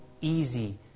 easy